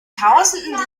tausenden